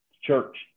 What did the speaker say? church